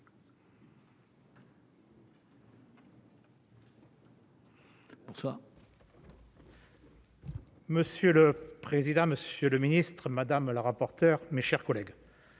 Monsieur le président, monsieur le ministre madame la rapporteure, mes chers collègues.